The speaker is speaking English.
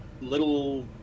little